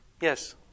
Yes